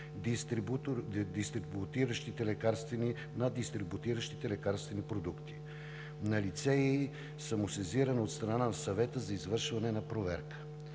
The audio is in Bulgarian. дистрибутиращи лекарствени продукти. Налице е и самосезиране от страна на Съвета за извършване на проверка.